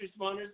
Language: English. responders